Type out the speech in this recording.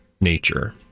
nature